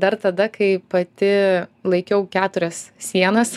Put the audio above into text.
dar tada kai pati laikiau keturias sienas